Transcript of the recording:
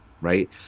right